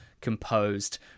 composed